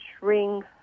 ring